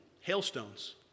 hailstones